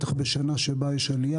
בטח בשנה שבה יש עלייה,